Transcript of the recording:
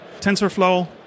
TensorFlow